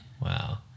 Wow